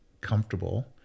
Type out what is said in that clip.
comfortable